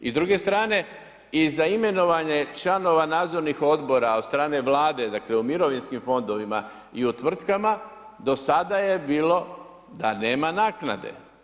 I s druge strane i za imenovanje članova nadzornih odbora od strane Vlade, dakle u mirovinskim fondovima i u tvrtkama do sada je bilo da nema naknade.